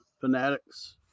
fanatics